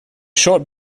short